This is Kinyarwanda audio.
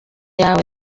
yawe